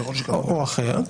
ככל ש ----- או אחר.